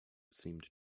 seemed